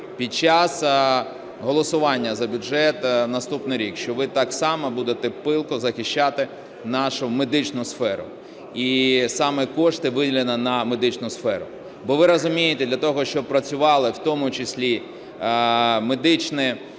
під час голосування за бюджет на наступний рік, що ви так само будете палко захищати нашу медичну сферу і саме кошти, виділені на медичну сферу. Бо ви розумієте, для того, щоб працювали в тому числі медичні